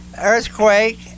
earthquake